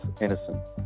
innocent